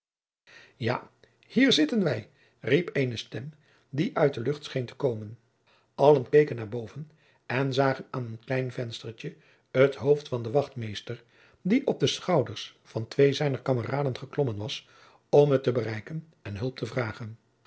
ja hier zitten wij riep eene stem die uit de lucht scheen te komen allen keken naar boven en zagen aan een klein venstertje het hoofd jacob van lennep de pleegzoon van den wachtmeester die op de schouders van twee zijner kameraden geklommen was om het te bereiken en hulp te vragen